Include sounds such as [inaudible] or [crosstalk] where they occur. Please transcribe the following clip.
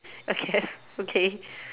I guess [laughs] okay